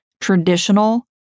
traditional